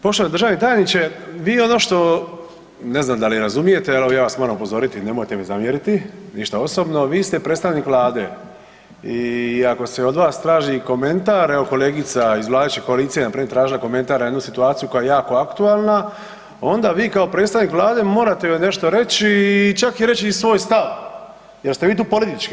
Poštovani državni tajniče, vi ono što ne znam da li razumijete ali ja vas moram upozoriti nemojte mi zamjeriti ništa osobno, vi ste predstavnik Vlade i ako se od vas traži komentar evo kolegica iz vladajuće koalicije je na primjer tražila komentar na jednu situaciju koja je jako aktualna, onda vi kao predstavnik Vlade morate nešto reći i čak i reći svoj stav jer ste vi tu politički.